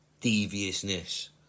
deviousness